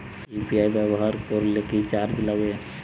UPI ব্যবহার করলে কি চার্জ লাগে?